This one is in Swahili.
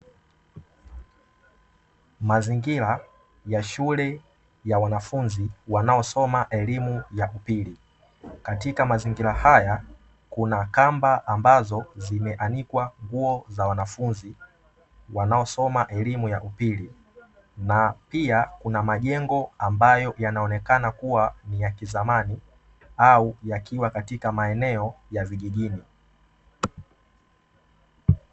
Mazingira ya shule ya wanafunzi wanaosoma elimu ya upili. Katika mazingira haya kuna kamba ambazo zimeanikwa nguo za wanafunzi wanaosoma elimu ya upili. Na pia kuna majengo ambayo yanaonekana kuwa ni ya kizamani au yakiwa katika maeneo ya vijijini.